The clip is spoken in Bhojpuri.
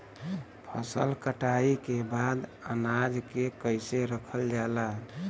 फसल कटाई के बाद अनाज के कईसे रखल जाला?